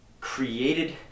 created